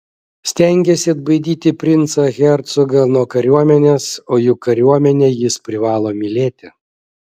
stengėsi atbaidyti princą hercogą nuo kariuomenės o juk kariuomenę jis privalo mylėti